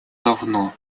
давно